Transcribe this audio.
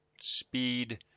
speed